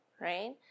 right